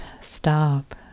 stop